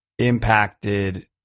impacted